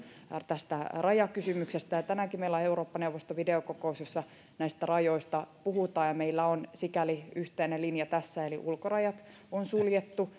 tästä rajakysymyksestä ja tänäänkin meillä on eurooppa neuvoston videokokous jossa näistä rajoista puhutaan ja meillä on sikäli yhteinen linja tässä eli ulkorajat on suljettu